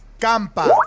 Campa